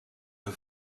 een